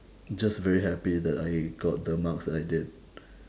just very happy that I got the marks I did